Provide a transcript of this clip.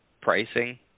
pricing